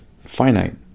finite